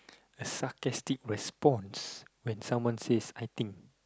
a sarcastic response when someone says I think